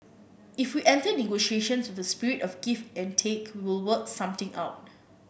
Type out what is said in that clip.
if we enter negotiations with a spirit of give and take we will work something out